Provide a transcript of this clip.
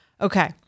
Okay